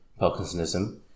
Parkinsonism